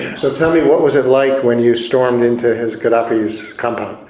so tell me what was it like when you stormed into his, gaddafi's, compound?